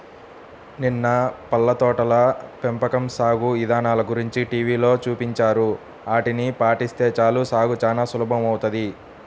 నిన్న పళ్ళ తోటల పెంపకం సాగు ఇదానల గురించి టీవీలో చూపించారు, ఆటిని పాటిస్తే చాలు సాగు చానా సులభమౌతది